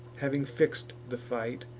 having fix'd the fight,